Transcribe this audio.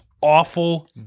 awful